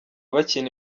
bakina